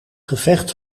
gevecht